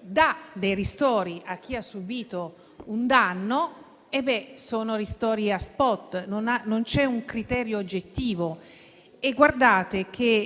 dà dei ristori a chi ha subito un danno, si tratta di ristori *spot*, non c'è un criterio oggettivo.